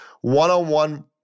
one-on-one